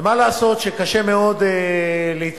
ומה לעשות שקשה מאוד להתפרנס,